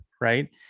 right